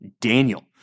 Daniel